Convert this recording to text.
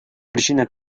причины